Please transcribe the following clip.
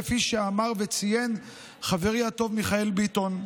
כפי שאמר וציין חברי הטוב מיכאל ביטון,